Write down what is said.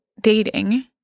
dating